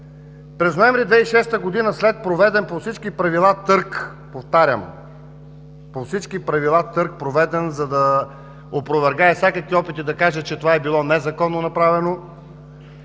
През ноември 2006 г., след проведен по всички правила търг – повтарям по всички правила проведен търг, за да опровергая всякакви опити да се каже, че това е било незаконно направено